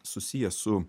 susiję su